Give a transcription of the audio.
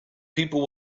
people